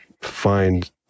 find